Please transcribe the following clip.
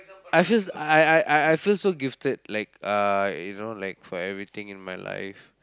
I feel I I I I feel so gifted like uh you know like for everything in my life